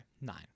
Nine